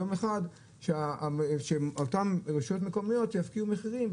יום אחד שאותן רשויות מקומיות שיפקיעו מחירים,